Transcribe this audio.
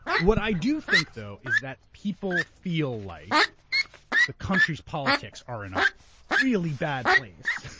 what i do think, though, is that people feel like the country's politics are in a really bad place.